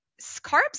carbs